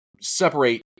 separate